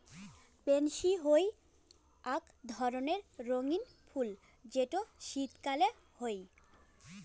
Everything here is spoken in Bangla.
পেনসি হই আক ধরণের রঙ্গীন ফুল যেটো শীতকালে হই